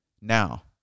Now